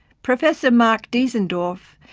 professor mark diesendorf,